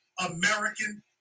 American